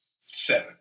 seven